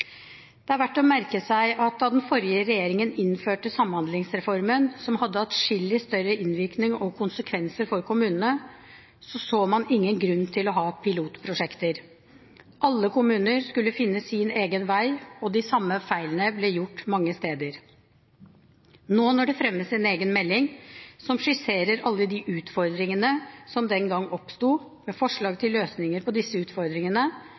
Det er verdt å merke seg at da den forrige regjeringen innførte Samhandlingsreformen, som hadde adskillig større innvirkning og konsekvenser for kommunene, så man ingen grunn til å ha pilotprosjekter. Alle kommuner skulle finne sin egen vei, og de samme feilene ble gjort mange steder. Nå når det fremmes en egen melding som skisserer alle de utfordringene som den gang oppstod, med forslag til løsninger på disse utfordringene,